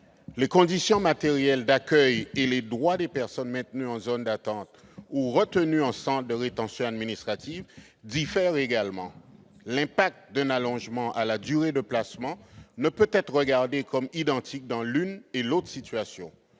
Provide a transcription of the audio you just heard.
Les conditions matérielles d'accueil et les droits des personnes maintenues en zone d'attente ou retenues en centre de rétention administrative diffèrent également. L'incidence d'un allongement de la durée de placement ne peut donc être considérée comme identique dans l'une et l'autre situation.